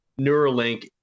Neuralink